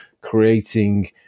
creating